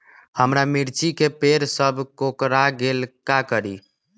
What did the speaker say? हमारा मिर्ची के पेड़ सब कोकरा गेल का करी?